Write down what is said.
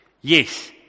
Yes